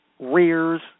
rears